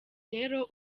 rero